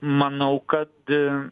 manau kad